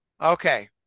okay